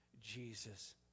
Jesus